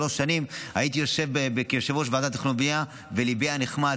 שלוש שנים הייתי יושב-ראש ועדת תכנון ובנייה וליבי היה נחמץ.